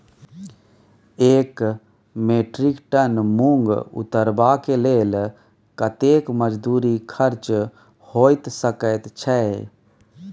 एक metric ton मूंग उतरबा के लेल कतेक मजदूरी खर्च होय सकेत छै?